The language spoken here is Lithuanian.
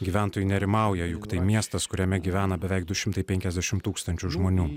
gyventojai nerimauja juk tai miestas kuriame gyvena beveik du šimtai penkiasdešim tūkstančių žmonių